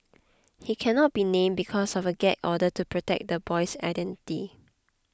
he cannot be named because of a gag order to protect the boy's identity